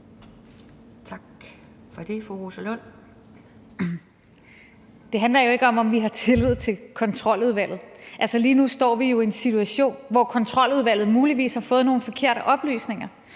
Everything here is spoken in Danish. Det handler jo ikke om, om vi har tillid til Kontroludvalget. Lige nu står vi jo i en situation, hvor Kontroludvalget muligvis har fået nogle forkerte oplysninger.